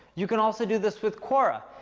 you can also do this with quora.